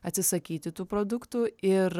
atsisakyti tų produktų ir